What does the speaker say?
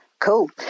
Cool